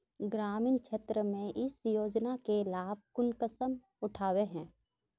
ग्रामीण क्षेत्र में इस योजना के लाभ कुंसम उठावे है?